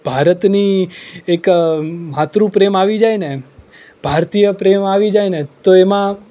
ભારતની એક માતૃપ્રેમ આવી જાયને ભારતીય પ્રેમ આવી જાયને તો એમાં